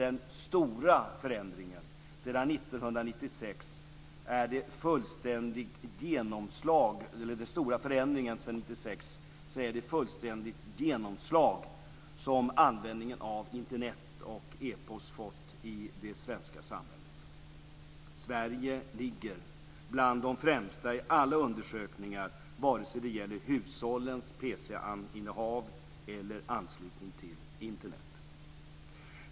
Den stora förändringen sedan 1996 är det fullständiga genomslag som användningen av Internet och e-post fått i det svenska samhället. Sverige ligger bland de främsta i alla undersökningar vare sig det gäller hushållens pc-innehav eller anslutning till Internet.